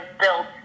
built